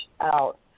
out